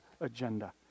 agenda